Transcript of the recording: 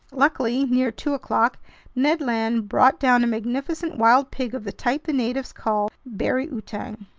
luckily, near two o'clock ned land brought down a magnificent wild pig of the type the natives call bari-outang.